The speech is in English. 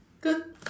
good